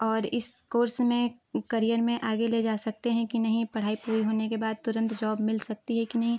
और इस कोर्स में करियर में आगे ले जा सकते हैं कि नहीं पढ़ाई पूरी होने के बाद तुरंत जॉब मिल सकती है कि नहीं